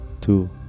two